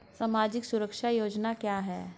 सामाजिक सुरक्षा योजना क्या है?